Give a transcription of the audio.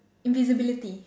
invisibility